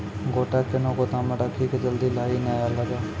गोटा कैनो गोदाम मे रखी की जल्दी लाही नए लगा?